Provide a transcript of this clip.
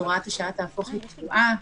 שהוראת השעה תהפוך לקבועה.